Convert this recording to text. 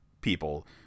people